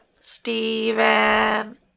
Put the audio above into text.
Steven